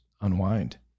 unwind